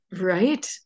right